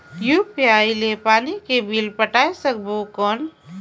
UPI ले पानी के बिल पटाय सकबो कौन?